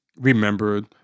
remembered